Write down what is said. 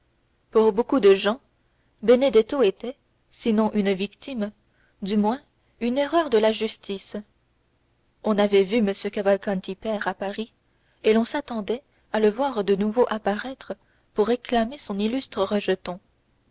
pour beaucoup de gens benedetto était sinon une victime du moins une erreur de la justice on avait vu m cavalcanti père à paris et l'on s'attendait à le voir de nouveau apparaître pour réclamer son illustre rejeton